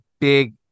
big